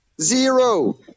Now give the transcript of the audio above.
zero